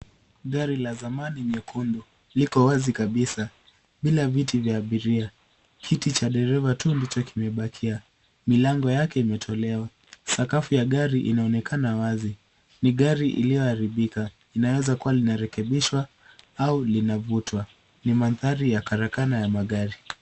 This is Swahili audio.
Gari la zamani nyekundu liko wazi kabisa bila viti vya abiria. Kiti cha dereva tu ndicho kimebakia. Milango yake imetolewa. Sakafu ya gari inaonekana wazi. Ni gari iliyoharibika inaweza kuwa linarekebishwa au lina vutwa. Ni mandhari ya karakana ya magari.